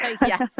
Yes